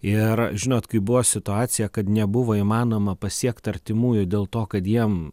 ir žinot kai buvo situacija kad nebuvo įmanoma pasiekt artimųjų dėl to kad jiem